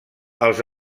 els